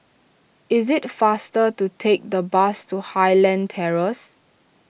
it is faster to take the bus to Highland Terrace